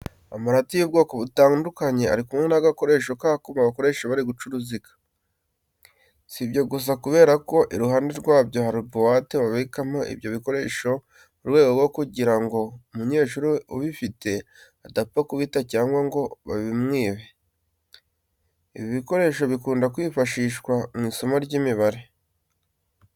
Amarati y'ubwoko butandukanye ari kumwe n'agakoresho k'akuma bakoresha bari guca uruziga. Si ibyo gusa kubera ko iruhande rwabyo hari buwate babikamo ibyo bikoresho mu rwego rwo kugira ngo umunyeshuri ubifite adapfa kubita cyangwa ngo babimwibe. Ibi bikoresho bikunda kwifashishwa mu isomo ry'imibare.